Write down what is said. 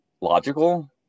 Logical